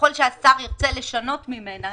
וככל שהשרים ירצו לשנות ממנה,